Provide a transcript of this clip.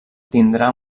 tindrà